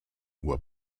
were